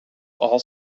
all